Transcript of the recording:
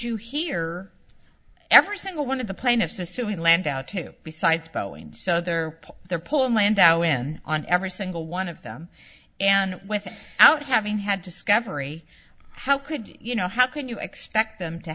you hear every single one of the plaintiffs assuming landau to be sites boing so they're they're pulling landau in on every single one of them and with out having had discovered how could you know how can you expect them to